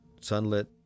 sunlit